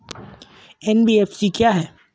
NBFC क्या है?